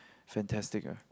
fantastic ah